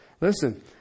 Listen